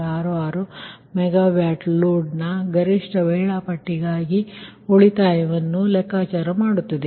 66 megawatt ಲೋಡ್ನ ಗರಿಷ್ಠ schedule ಗಾಗಿ ಉಳಿತಾಯವನ್ನು ಲೆಕ್ಕಾಚಾರ ಮಾಡುತ್ತದೆ